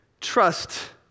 Trust